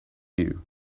you